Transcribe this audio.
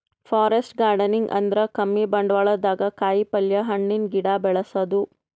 forest gardening ಅಂದ್ರ ಕಮ್ಮಿ ಬಂಡ್ವಾಳ್ದಾಗ್ ಕಾಯಿಪಲ್ಯ, ಹಣ್ಣಿನ್ ಗಿಡ ಬೆಳಸದು